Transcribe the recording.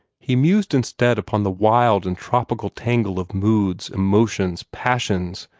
he mused instead upon the wild and tropical tangle of moods, emotions, passions,